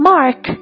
Mark